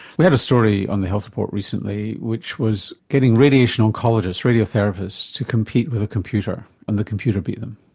we had a story on the health report recently which was getting radiation oncologists, radiotherapists to compete with a computer, and the computer beat them.